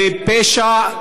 בפשע.